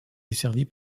desservie